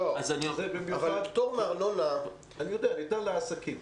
פטור מארנונה -- אני יודע ניתן לעסקים.